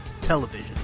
television